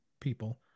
people